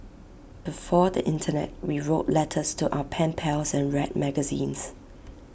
before the Internet we wrote letters to our pen pals and read magazines